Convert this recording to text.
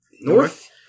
north